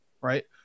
Right